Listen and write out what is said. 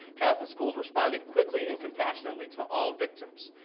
catholic schools responded quickly and compassionately to all victims.